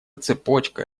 цепочка